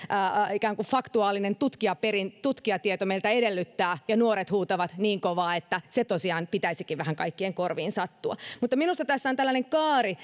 ikään kuin maailman faktuaalinen tutkijatieto meiltä edellyttää ja joita nuoret huutavat niin kovaa että sen tosiaan pitäisikin vähän kaikkien korviin sattua mutta minusta tässä on tällainen kaari